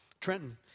Trenton